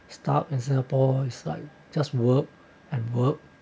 stuck in singapore is like just work and work